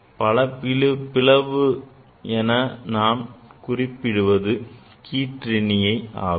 பல பிளவு என நாம் குறிப்பது கீற்றணியை ஆகும்